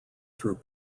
through